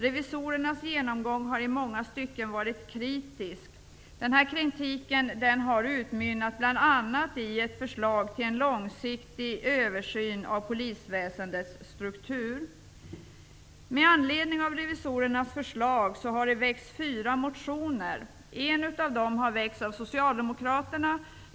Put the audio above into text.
Revisorernas genomgång har i många stycken varit kritisk. Kritiken har utmynnat i bl.a. ett förslag till en långsiktig översyn av polisväsendets struktur. Med anledning av revisorernas förslag har fyra motioner väckts. En av dem har väckts av Socialdemokraterna.